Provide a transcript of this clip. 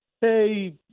hey –